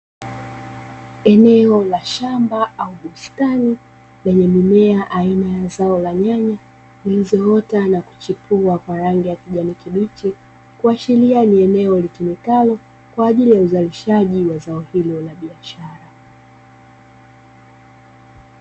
Eneo la shamba au bustani yenye mimea aina ya zao la nyanya zilizoota na kuchipua kwa rangi ya kijani kibichi, kuashiria ni eneo litumikalo kwa ajili ya uzalishaji wa zao hilo la biashara.